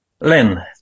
Len